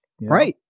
right